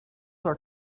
are